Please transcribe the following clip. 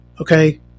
okay